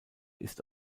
ist